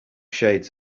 shades